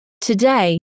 Today